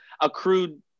accrued